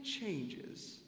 changes